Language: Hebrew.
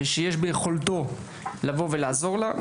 וכשיש ביכולתו לבוא ולעזור לה,